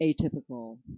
atypical